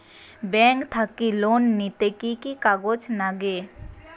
Bank থাকি loan নিতে কি কি কাগজ নাগে?